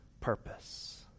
purpose